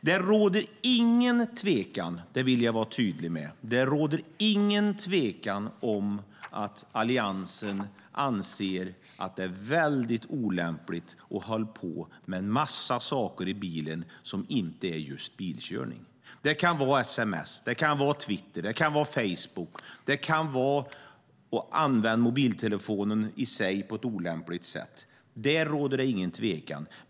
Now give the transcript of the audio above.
Det råder ingen tvekan - det vill jag vara tydlig med - om att Alliansen anser att det är väldigt olämpligt att hålla på med en massa saker i bilen som inte är bilkörning. Det kan vara sms. Det kan vara Twitter. Det kan vara Facebook. Det kan vara att använda mobiltelefonen på ett olämpligt sätt. Där råder ingen tvekan.